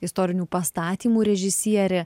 istorinių pastatymų režisierė